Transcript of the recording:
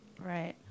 Right